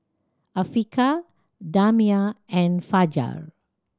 Afiqah Damia and Fajar